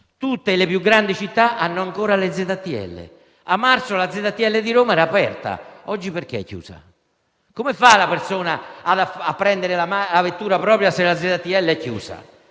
tutte le più grandi città hanno ancora le ZTL. A marzo la ZTL di Roma era aperta; perché oggi è chiusa? Come fa la persona a prendere la vettura propria se la ZTL è chiusa?